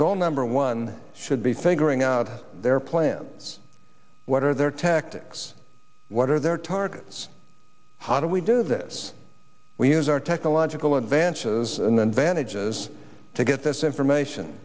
goal number one should be figuring out their plans what are their tactics what are their targets how do we do this we use our technological advances and vantages to get this information